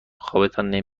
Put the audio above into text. خوابتان